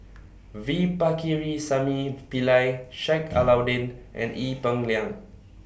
V Pakirisamy Pillai Sheik Alau'ddin and Ee Peng Liang